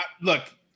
look